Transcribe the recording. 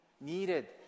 needed